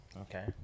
Okay